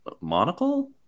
monocle